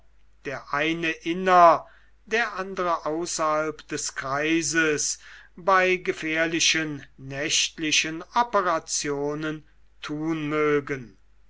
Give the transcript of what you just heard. der eine inner der andere außerhalb des kreises bei gefährlichen nächtlichen operationen tun mögen